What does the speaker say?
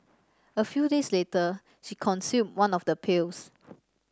a few days later she consumed one of the pills